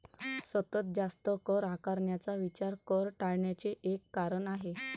सतत जास्त कर आकारण्याचा विचार कर टाळण्याचे एक कारण आहे